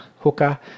hooker